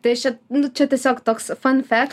tai aš čia nu čia tiesiog toks fun fact